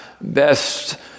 best